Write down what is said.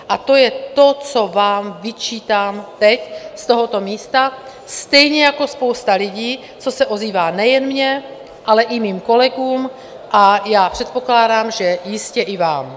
A to je to, co vám vyčítám teď z tohoto místa, stejně jako spousta lidí, co se ozývá nejen mně, ale i mým kolegům, a já předpokládám, že jistě i vám.